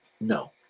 no